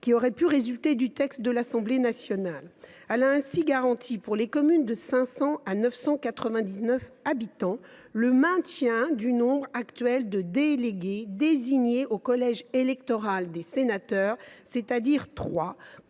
qui auraient pu résulter du texte adopté par l’Assemblée nationale. Elle a ainsi garanti, pour les communes de 500 à 999 habitants, le maintien du nombre actuel de délégués désignés au collège électoral des sénateurs, c’est à dire